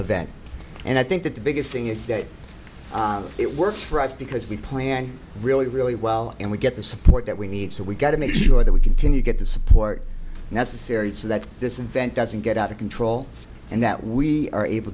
event and i think that the biggest thing is that it works for us because we plan really really well and we get the support that we need so we've got to make sure that we continue to get the support necessary so that this event doesn't get out of control and that we are able